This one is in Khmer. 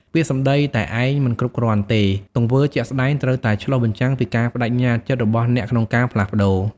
ពាក្យសម្ដីតែឯងមិនគ្រប់គ្រាន់ទេ! ទង្វើជាក់ស្តែងត្រូវតែឆ្លុះបញ្ចាំងពីការប្តេជ្ញាចិត្តរបស់អ្នកក្នុងការផ្លាស់ប្តូរ។